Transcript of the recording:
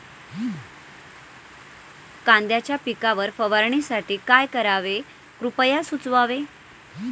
कांद्यांच्या पिकावर फवारणीसाठी काय करावे कृपया सुचवावे